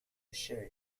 الشاي